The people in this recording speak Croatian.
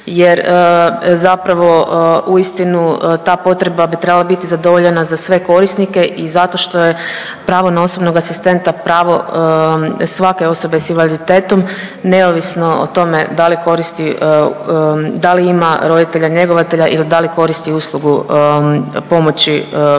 jer zapravo uistinu ta potreba bi trebala biti zadovoljena za sve korisnike i zato što je pravo na osobnog asistenta pravo svake osobe s invaliditetom neovisno o tome da li koristi, da li ima roditelja njegovatelja ili da li koristi uslugu pomoći, pomoći